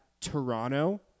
Toronto